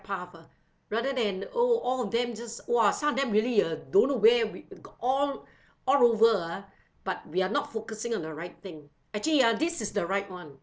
path ah rather than oh all of them just !wah! some of them really uh don't know where we got all all over ah but we're not focusing on the right thing actually ya this is the right [one]